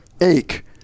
ache